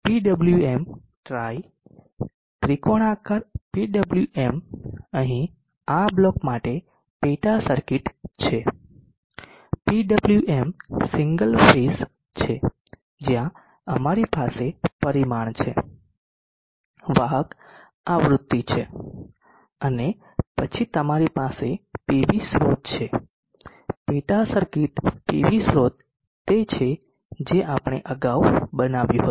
આ PWM ટ્રાઇ ત્રિકોણાકાર PWM અહીં આ બ્લોક માટે પેટા સર્કિટ છે PWM સિંગલ ફેઝ છે જ્યાં અમારી પાસે પરિમાણ છે વાહક આવૃત્તિ છે અને પછી તમારી પાસે પીવી સ્ત્રોત છે પેટા સર્કિટ પીવી સ્રોત તે છે જે આપણે અગાઉ બનાવ્યું હતું